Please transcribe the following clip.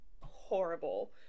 horrible